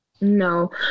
No